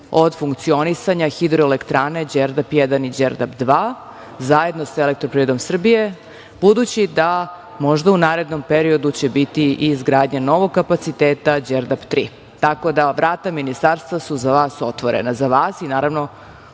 od funkcionisanja hidroelektrana Đerdap I i Đerdap II, zajedno sa "Elektroprivredom Srbije", budući da možda u narednom periodu će biti i izgradnja novog kapaciteta Đerdap III, tako da vrata ministarstva su za vas otvorena, za vas i, naravno,